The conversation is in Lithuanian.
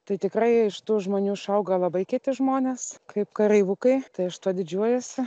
tai tikrai iš tų žmonių išauga labai kieti žmonės kaip kareivukai tai aš tuo didžiuojuosi